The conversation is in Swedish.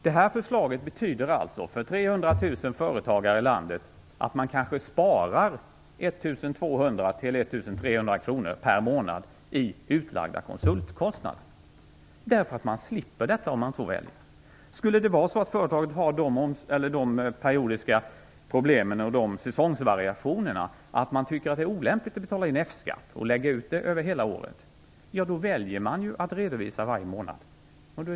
Detta förslag betyder alltså att 300 000 företagare i landet kanske sparar 1 200-1 300 kr per månad i utlagda konsultkostnader, eftersom de slipper detta om de så väljer. Skulle det vara så att företaget har sådana periodiska problem och säsongsvariationer att man tycker att det är olämpligt att betala in F-skatt för hela året väljer man att redovisa varje månad.